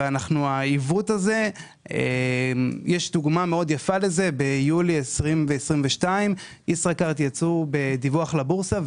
ויש לזה דוגמה מאוד יפה ביולי 2022. ישראכרט יצאו בדיווח לבורסה,